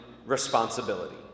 responsibility